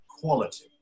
quality